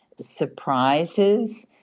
Surprises